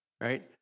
right